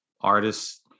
artists